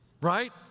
right